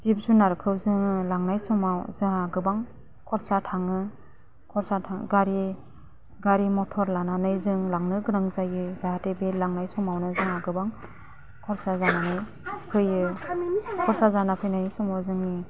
जिब जनारखौ जोङो लांनाय समाव जोंहा गोबां खरसा थाङो खरसा गारि गारि मथर लानानै जों लांनो गोनां जायो जाहाथे बे लांनाय समावनो जोंहा गोबां खरसा जानानै फैयो खरसा जाना फैनाय समाव जोंनि